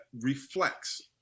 reflects